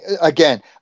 again